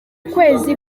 kwezi